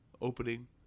opening